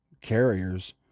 carriers